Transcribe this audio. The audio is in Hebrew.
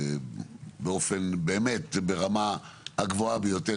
ברמה הגבוהה ביותר.